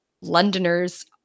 Londoners